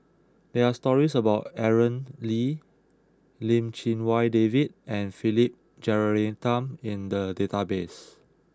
there are stories about Aaron Lee Lim Chee Wai David and Philip Jeyaretnam in the database